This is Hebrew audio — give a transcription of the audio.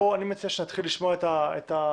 אני מציע שנתחיל לשמוע את המוזמנים,